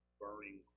burning